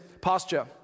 posture